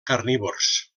carnívors